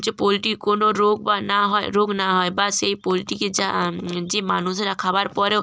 যে পোল্ট্রি কোনো রোগ বা না হয় রোগ না হয় বা সেই পোল্ট্রিকে যা যে মানুষরা খাবার পরেও